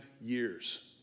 years